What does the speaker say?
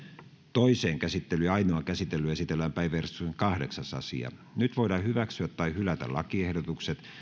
toiseen käsittelyyn ja ainoaan käsittelyyn esitellään päiväjärjestyksen kahdeksas asia nyt voidaan hyväksyä tai hylätä lakiehdotukset